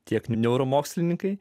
tiek neuromokslininkai